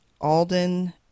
Alden